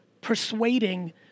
persuading